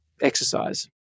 exercise